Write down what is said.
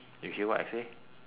you hear what I say